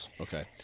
Okay